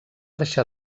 deixar